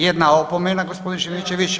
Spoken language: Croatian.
Jedna opomena gospodin Šimičević.